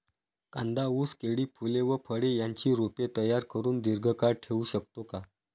कांदा, ऊस, केळी, फूले व फळे यांची रोपे तयार करुन दिर्घकाळ ठेवू शकतो का?